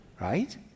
right